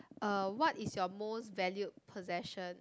uh what is your most valued possession